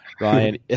ryan